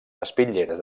espitlleres